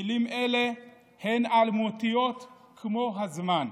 מילים אלה הן אלמותיות כמו הזמן,